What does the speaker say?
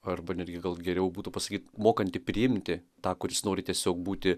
arba netgi gal geriau būtų pasakyt mokanti priimti tą kuris nori tiesiog būti